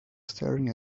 staring